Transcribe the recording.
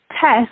test